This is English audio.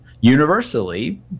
universally